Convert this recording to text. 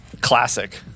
classic